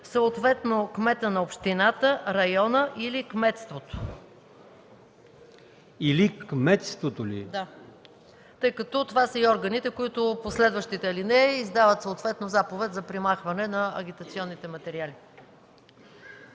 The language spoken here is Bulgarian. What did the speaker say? съответно кмета на общината, района или кметството”, тъй като това са и органите, които в последващите алинеи издават заповед за премахване на агитационните материали.